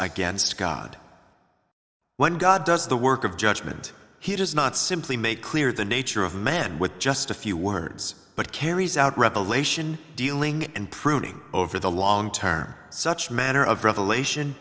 against god when god does the work of judgment he does not simply make clear the nature of man with just a few words but carries out revelation dealing and proving over the long term such manner of revelation